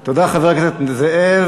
תודה, חבר הכנסת זאב.